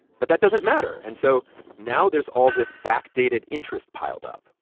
but that doesn't matter and so now there's all this backdated interest piled up.